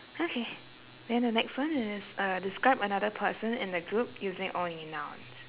okay then the next one is uh describe another person in the group using only nouns